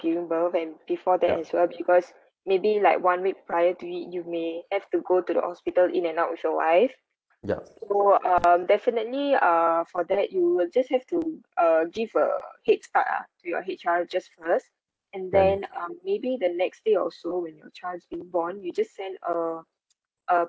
giving birth and before that as well because maybe like one week prior to it you may have to go to the hospital in and out with your wife so um definitely uh for that you will just have to uh give a head start ah to your H_R just first and then um maybe the next day or so when your child is being born you just send uh uh